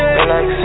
relax